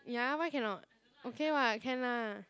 ya why cannot okay [what] can lah